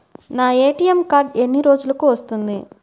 నా ATM card ఎన్ని రోజులకు వస్తుంది?